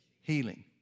healing